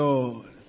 Lord